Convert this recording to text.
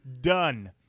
Done